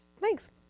Thanks